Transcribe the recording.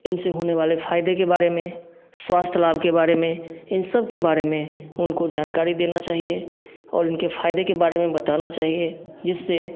इनसे होने वाले फायदे के बारे में स्वास्थ्य लाभ के बारे में इन सबके बारे में उनको जानकारी देना चाहिए और इनके फायदे के बारे में बताना चाहिए जिससे